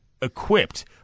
equipped